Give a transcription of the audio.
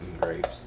grapes